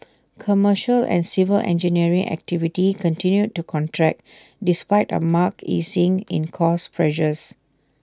commercial and civil engineering activity continued to contract despite A marked easing in cost pressures